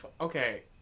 Okay